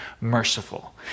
merciful